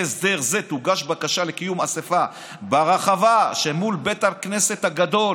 הסדר זה תוגש בקשה לקיום אספה ברחבה שממול בית הכנסת הגדול